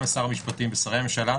גם שר המשפטים ושרי הממשלה,